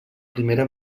primera